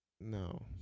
No